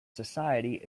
society